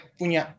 punya